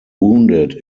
wounded